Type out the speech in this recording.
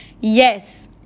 Yes